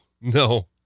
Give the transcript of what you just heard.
No